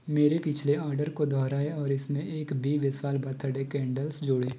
मेरे पिछले ऑर्डर को दोहराएँ और इस में एक भी विशाल बर्थडे कैंडल्स जोड़ें